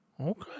okay